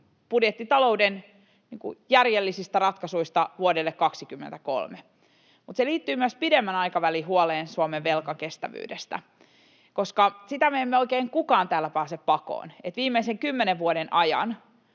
budjettitalouden järjellisistä ratkaisuista vuodelle 23, mutta se liittyy myös pidemmän aikavälin huoleen Suomen velkakestävyydestä, koska sitä me emme oikein kukaan täällä pääse pakoon, että viimeisen kymmenen vuoden ajan